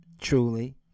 truly